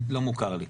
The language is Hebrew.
לא מוכר לי.